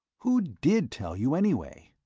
who did tell you, anyway?